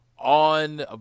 on